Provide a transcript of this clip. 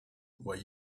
were